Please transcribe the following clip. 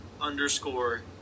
underscore